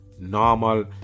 Normal